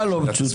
מה לא מצוטט?